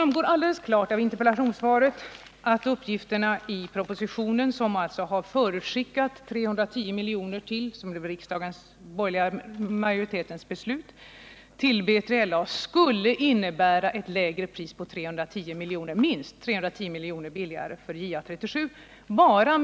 Av interpellationssvaret framgår det alldeles klart att uppgifterna i propositionen — där man alltså räknar med ytterligare 310 milj.kr. till BILA, vilket också beslutades av den borgerliga riksdagsmajoriteten — skulle 30 innebära ett med minst 310 milj.kr. lägre pris för JA 37.